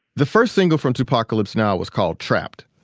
the first single from two pacalypse now was called trapped.